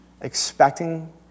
expecting